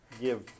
give